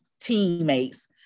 teammates